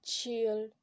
chill